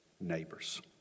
neighbor's